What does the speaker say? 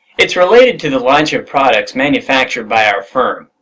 it's related to the launch of products manufactured by our firm.